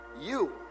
you